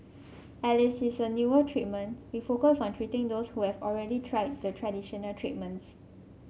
as list is a newer treatment we focus on treating those who have already tried the traditional treatments